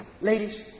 ladies